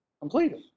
Completed